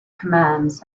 commands